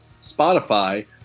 Spotify